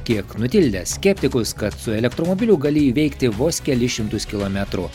kiek nutildė skeptikus kad su elektromobiliu gali įveikti vos kelis šimtus kilometrų